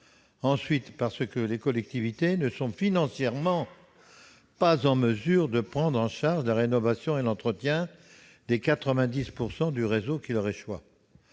d'autre part, les collectivités ne sont financièrement pas en mesure de prendre en charge la rénovation et l'entretien des 90 % du réseau qui leur échoient.